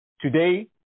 Today